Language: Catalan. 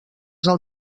del